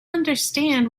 understand